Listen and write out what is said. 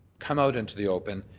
come out into the open,